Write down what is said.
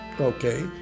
okay